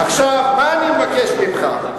עכשיו, מה אני מבקש ממך?